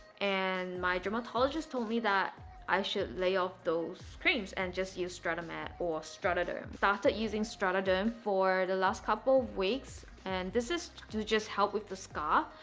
and my dermatologist told me that i should lay off those things and just use stratamed or stratoderm. i started using stratoderm for the last couple of weeks, and this is to just help with the scar,